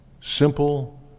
simple